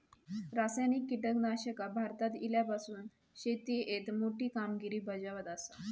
रासायनिक कीटकनाशका भारतात इल्यापासून शेतीएत मोठी कामगिरी बजावत आसा